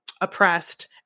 oppressed